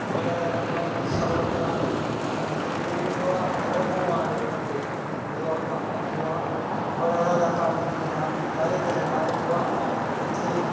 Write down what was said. बड़ा जादा कम्म दिंदा ओह् बकरा ऐं फिर जेह्ड़ा गवां जेह्ड़ा गवां दे होंदे गोहा होंदा एह् गोहा बड़ा जादा कम्म दिंदा हर इक जगह् एह् गोहा उत्थें